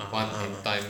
ah ah ah